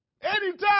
Anytime